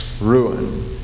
ruin